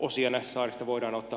osia näistä saarista voidaan ottaa puolustusvoimien käyttöön jatkossakin